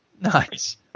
Nice